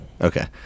Okay